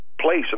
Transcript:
place